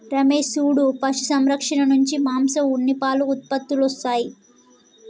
రమేష్ సూడు పశు సంరక్షణ నుంచి మాంసం ఉన్ని పాలు ఉత్పత్తులొస్తాయి